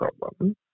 problem